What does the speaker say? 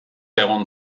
egon